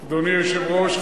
היושב-ראש,